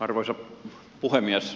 arvoisa puhemies